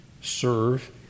serve